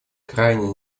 крайне